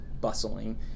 bustling